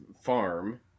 farm